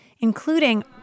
including